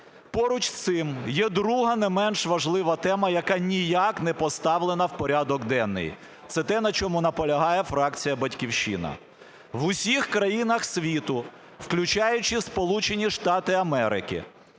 Поруч з цим є друга, не менш важлива, тема, яка ніяк не поставлена в порядок денний, це те, на чому наполягає фракція "Батьківщина". В усіх країнах світу, включаючи Сполучені Штати Америки,